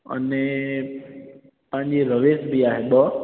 अने तव्हांजी रवेस बि आहे ॿ